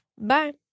Bye